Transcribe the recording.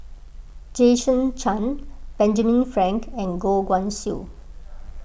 Jason Chan Benjamin Frank and Goh Guan Siew